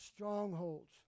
Strongholds